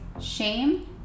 shame